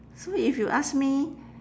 so if you ask me